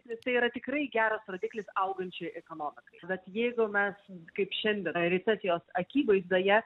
ir jisai yra tikrai geras rodiklis augančiai ekonomikai bet jeigu mes kaip šiandien peripetijos akivaizdoje